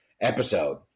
episode